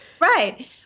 Right